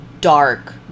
dark